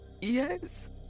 Yes